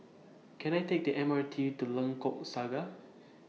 Can I Take The M R T to Lengkok Saga